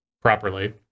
properly